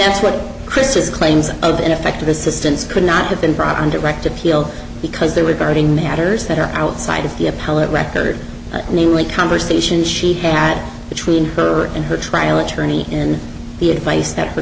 that's what chris is claims of ineffective assistance could not have been brought on direct appeal because they were guarding matters that are outside of the appellate record namely conversations she had between her and her trial attorney and the advice that the